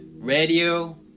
radio